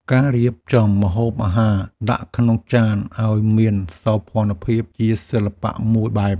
ការរៀបចំម្ហូបអាហារដាក់ក្នុងចានឱ្យមានសោភ័ណភាព ជាសិល្បៈមួយបែប។